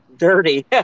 Dirty